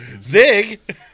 Zig